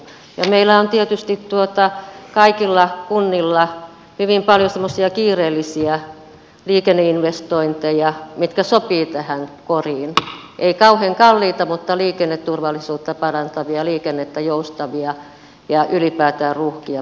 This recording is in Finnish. meillä on tietysti kaikilla kunnilla hyvin paljon semmoisia kiireellisiä liikenneinvestointeja mitkä sopivat tähän koriin ei kauhean kalliita mutta liikenneturvallisuutta ja liikenteen joustavuutta parantavia ja ylipäätään ruuhkia pystyttäisiin välttämään